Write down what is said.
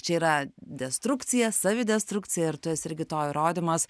čia yra destrukcija savidestrukcija ir tu esi irgi to įrodymas